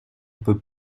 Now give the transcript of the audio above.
peux